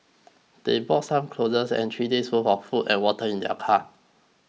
they brought some clothes and three days' worth of food and water in their car